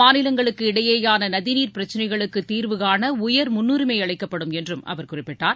மாநிலங்களுக்கு இடையேயான நதிநீர் பிரச்னைகளுக்குத் தீர்வு காண உயர் முன்னுரிமை அளிக்கப்படும் என்றும் அவர் குறிப்பிட்டார்